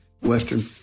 Western